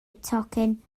tocyn